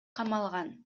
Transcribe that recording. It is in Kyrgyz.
камалган